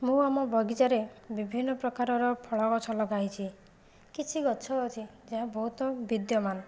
ମୁଁ ଆମ ବଗିଚାରେ ବିଭିନ୍ନ ପ୍ରକାରର ଫଳଗଛ ଲଗାଇଛି କିଛି ଗଛ ଅଛି ଯାହା ବହୁତ ବିଦ୍ୟମାନ